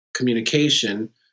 communication